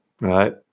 right